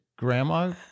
grandma